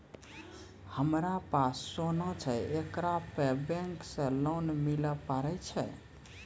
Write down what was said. हमारा पास सोना छै येकरा पे बैंक से लोन मिले पारे छै?